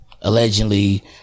Allegedly